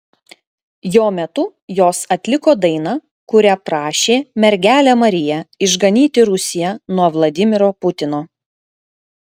jo metu jos atliko dainą kuria prašė mergelę mariją išganyti rusiją nuo vladimiro putino